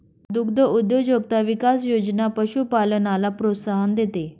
दुग्धउद्योजकता विकास योजना पशुपालनाला प्रोत्साहन देते